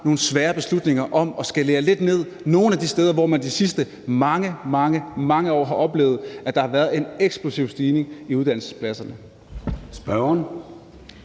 nogle svære beslutninger om at skalere lidt ned nogle af de steder, hvor man de sidste mange, mange år har oplevet at der har været en eksplosiv stigning i antallet af uddannelsespladser.